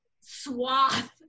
swath